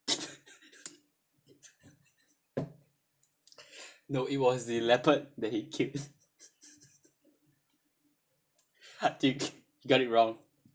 no it was the leopard that he keeps got it wrong